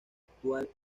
actual